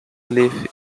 live